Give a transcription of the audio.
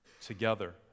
together